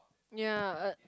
ya uh